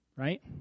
Right